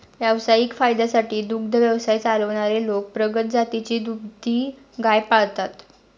व्यावसायिक फायद्यासाठी दुग्ध व्यवसाय चालवणारे लोक प्रगत जातीची दुभती गाय पाळतात